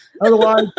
Otherwise